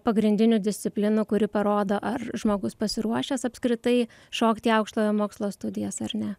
pagrindinių disciplinų kuri parodo ar žmogus pasiruošęs apskritai šokti aukštojo mokslo studijas ar ne